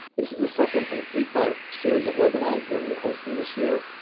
this is the second of a three part series of webinars that we are hosting this year.